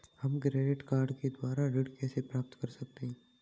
हम credit card के द्वारा ऋण कैसे प्राप्त कर सकते हैं?